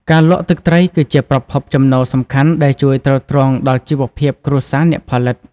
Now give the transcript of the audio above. ការលក់ ទឹកត្រីគឺជាប្រភពចំណូលសំខាន់ដែលជួយទ្រទ្រង់ដល់ជីវភាពគ្រួសារអ្នកផលិត។